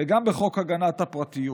וגם בחוק הגנת הפרטיות.